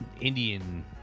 Indian